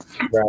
Right